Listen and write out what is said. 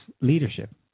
leadership